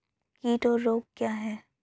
कीट और रोग क्या हैं?